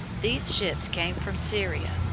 these ships came from syria,